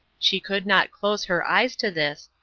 she could not close her eyes to this,